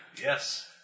Yes